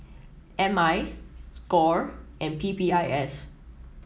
M I Score and P P I S